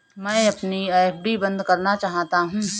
मैं अपनी एफ.डी बंद करना चाहता हूँ